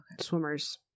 Swimmers